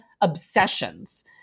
obsessions